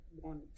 want